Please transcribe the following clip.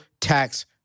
tax